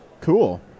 Cool